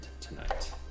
tonight